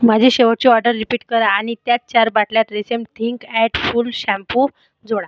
माझी शेवटची order repeat करा आनि त्यात चार बाटल्या Tresemme thick and full shampoo जोडा